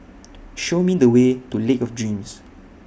Show Me The Way to Lake of Dreams